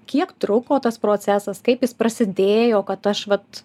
kiek truko tas procesas kaip jis prasidėjo kad aš vat